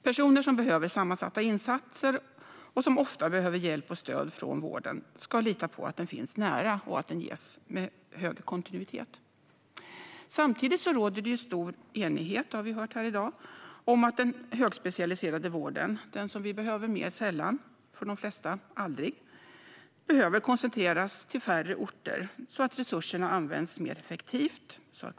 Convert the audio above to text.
Personer som behöver sammansatta insatser och som ofta behöver hjälp och stöd från vården ska lita på att den finns nära och att den ges med hög kontinuitet. Samtidigt råder stor enighet, vilket vi har hört här i dag, om att den högspecialiserade vården, som vi behöver mer sällan, de flesta aldrig, behöver koncentreras till färre orter. På så sätt används resurserna effektivare.